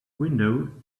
window